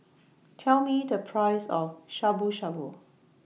Tell Me The Price of Shabu Shabu